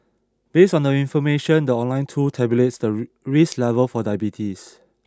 based on the information the online tool tabulates the risk level for diabetes